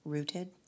Rooted